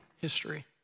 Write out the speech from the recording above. history